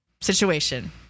situation